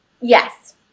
Yes